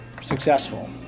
successful